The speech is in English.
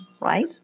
right